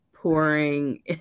pouring